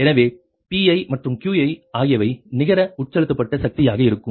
எனவே Pi மற்றும் Qi ஆகியவை நிகர உட்செலுத்தப்பட்ட சக்தியாக இருக்கும்